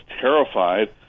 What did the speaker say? terrified